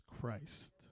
Christ